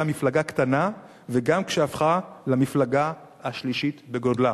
מפלגה קטנה וגם כשהפכה למפלגה השלישית בגודלה.